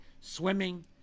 swimming